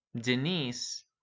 Denise